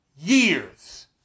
years